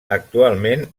actualment